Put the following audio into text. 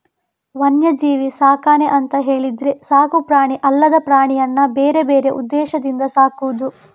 ವನ್ಯಜೀವಿ ಸಾಕಣೆ ಅಂತ ಹೇಳಿದ್ರೆ ಸಾಕು ಪ್ರಾಣಿ ಅಲ್ಲದ ಪ್ರಾಣಿಯನ್ನ ಬೇರೆ ಬೇರೆ ಉದ್ದೇಶದಿಂದ ಸಾಕುದು